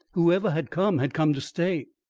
whoever had come had come to stay.